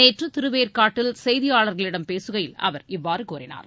நேற்று திருவேற்காட்டில் செய்தியாளர்களிடம் பேசுகையில் அவர் இவ்வாறு கூறினார்